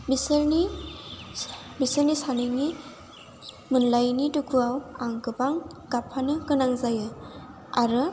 बिसोरनि बिसोरनि सानैनि मोनलायैनि दुखुआव आं गोबां गाबफानो गोनां जायो आरो